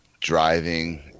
driving